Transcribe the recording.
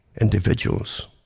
Individuals